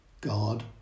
God